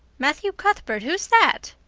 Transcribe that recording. matthew cuthbert, who's that?